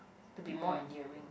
to be more endearing